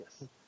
yes